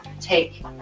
take